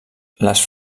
les